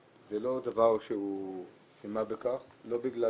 זה לא דבר שהוא של מה בכך, לא בגלל